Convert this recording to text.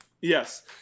Yes